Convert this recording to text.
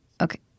Okay